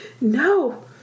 No